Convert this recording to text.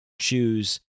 choose